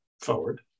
forward